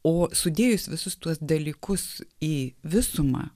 o sudėjus visus tuos dalykus į visumą